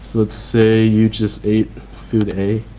let's say you just ate food a